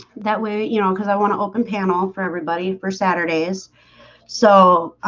that way, you know, because i want to open panel for everybody for saturday's so